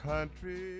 Country